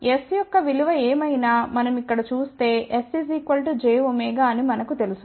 S యొక్క విలువ ఏమైనా మనం ఇక్కడ చూస్తే s j అని మనకు తెలుసు